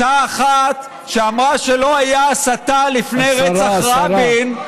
אותה אחת שאמרה שלא הייתה הסתה לפני רצח רבין,